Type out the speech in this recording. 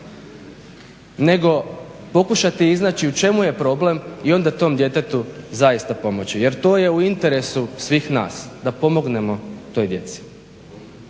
nego pokušati iznaći u čemu je problem i onda tom djetetu zaista pomoći. Jer to je u interesu svih nas da pomognemo toj djeci.